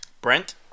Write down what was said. Brent